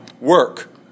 Work